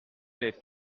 lève